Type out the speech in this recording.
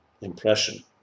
impression